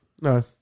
No